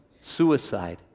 suicide